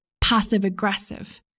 passive-aggressive